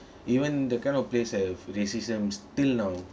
even the kind of place have racism still now